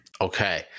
Okay